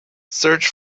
search